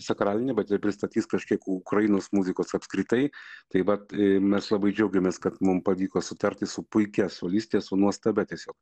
sakralinė bet ir pristatys kažkiek ukrainos muzikos apskritai tai vat mes labai džiaugiamės kad mum pavyko sutarti su puikia soliste su nuostabia tiesiog